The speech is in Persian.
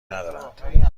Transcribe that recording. ندارند